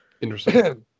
interesting